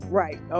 right